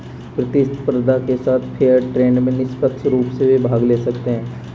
प्रतिस्पर्धा के साथ फेयर ट्रेड में निष्पक्ष रूप से वे भाग ले सकते हैं